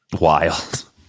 wild